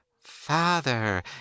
Father